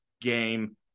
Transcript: game